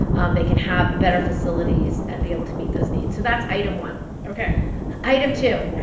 um they can have better facilities and be able to meet those needs. so that's item one ok item two.